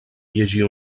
llegir